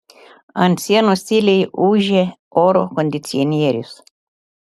ant sienos tyliai ūžė oro kondicionierius